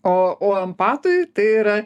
o o empatui tai yra